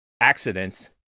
accidents